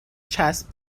چسب